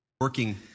Working